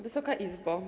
Wysoka Izbo!